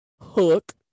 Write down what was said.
Hook